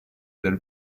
del